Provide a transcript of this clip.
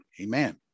amen